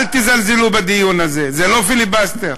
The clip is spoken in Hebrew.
אל תזלזלו בדיון הזה, זה לא פיליבסטר.